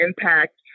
impact